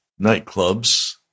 nightclubs